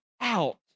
out